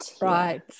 Right